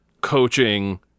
coaching